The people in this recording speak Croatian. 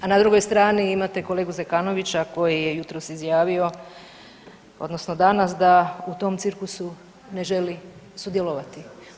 A na drugoj strani imate kolegu Zekanovića koji je jutros izjavio, odnosno danas da u tom cirkusu ne želi sudjelovati.